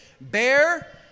Bear